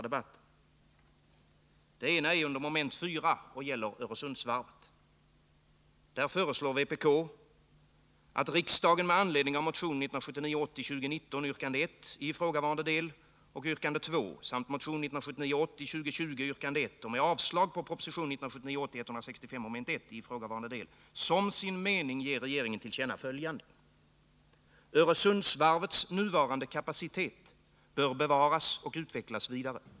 Jag har under denna debatt att framställa ett särskilt yrkande, som lyder: Öresundsvarvets nuvarande kapacitet bör bevaras och utvecklas vidare.